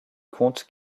compte